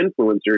influencers